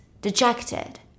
dejected